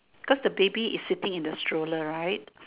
cause the baby is sitting in the stroller right